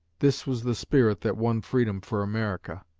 this was the spirit that won freedom for america.